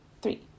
Three